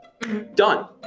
Done